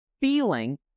feeling